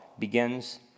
begins